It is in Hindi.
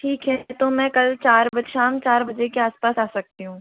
हाँ ठीक है तो मैं कल चार शाम चार बजे के आस पास आ सकती हूँ